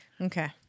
Okay